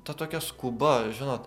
ta tokia skuba žinot